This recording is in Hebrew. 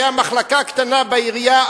היתה מחלקה קטנה בעירייה,